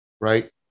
right